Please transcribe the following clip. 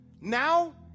now